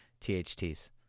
THT's